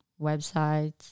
websites